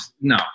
no